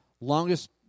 longest